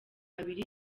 babiri